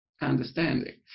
understanding